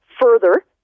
further